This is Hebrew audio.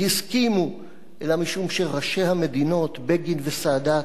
אלא משום שראשי המדינות בגין וסאדאת הסכימו על כך.